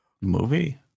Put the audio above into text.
movie